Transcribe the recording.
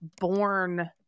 born